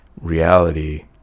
reality